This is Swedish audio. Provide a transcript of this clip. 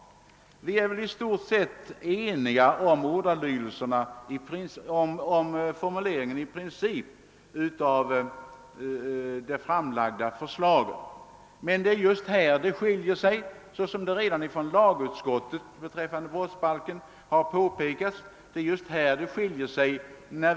Vi är väl i princip överens om formuleringen av det framlagda förslaget, men just här skiljer sig alltså våra ståndpunkter, såsom redan påpekats av representanter för första lagutskottet.